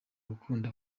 gukunda